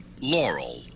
Laurel